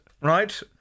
right